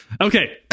Okay